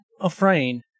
afraid